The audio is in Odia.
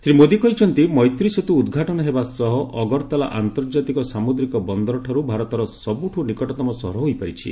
ଶ୍ରୀ ମୋଦୀ କହିଛନ୍ତି ମୈତ୍ରୀ ସେତୁ ଉଦ୍ଘାଟନ ହେବା ସହ ଅଗରତାଲା ଆନ୍ତର୍ଜାତିକ ସାମୁଦ୍ରିକ ବନ୍ଦରଠାରୁ ଭାରତର ସବୁଠୁ ନିକଟତମ ସହର ହୋଇପାରିଛି